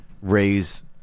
raise